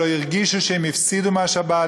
ולא הרגישו שהם הפסידו מהשבת,